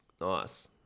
Nice